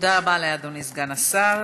תודה רבה לאדוני סגן השר.